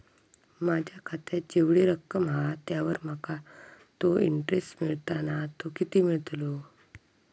माझ्या खात्यात जेवढी रक्कम हा त्यावर माका तो इंटरेस्ट मिळता ना तो किती मिळतलो?